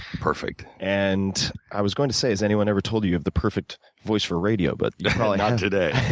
perfect. and i was going to say, has anyone ever told you you have the perfect voice for radio, but you've probably not today,